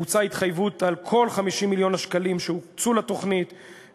בוצעה התחייבות על כל 50 מיליון השקלים שהוקצו לתוכנית.